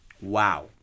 Wow